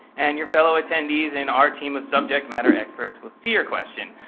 and your fellow attendees and our team of subject matter experts will see your question.